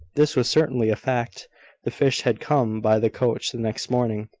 this was certainly a fact the fish had come by the coach the next morning.